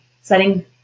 Setting